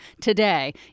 today